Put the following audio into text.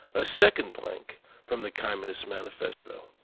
a second plank from the communist manifesto.